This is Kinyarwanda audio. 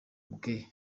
bwe